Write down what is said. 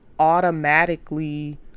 automatically